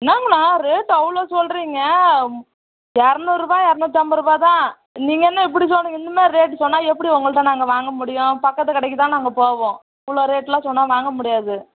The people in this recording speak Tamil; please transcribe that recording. என்னாங்க அண்ணா ரேட் அவ்வளோ சொல்லுறீங்க இரநூறுபா இரநூத்தம்பதுருபா தான் நீங்கள் என்ன இப்படி சொல்லுறீங்க இந்த மாதிரி ரேட்டு சொன்னால் எப்படி உங்கள்கிட்ட நாங்கள் வாங்க முடியும் பக்கத்து கடைக்கு தான் நாங்கள் போவோம் இவ்வளோ ரேட் எல்லாம் சொன்னால் வாங்க முடியாது